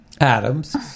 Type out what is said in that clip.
Adams